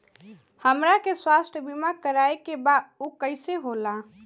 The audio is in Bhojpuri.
हमरा के स्वास्थ्य बीमा कराए के बा उ कईसे होला?